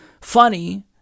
funny